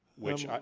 which